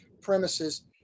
premises